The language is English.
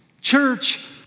Church